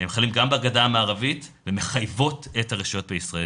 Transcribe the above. הם חלים גם בגדה המערבית ומחייבות את הרשויות הישראליות.